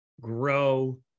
grow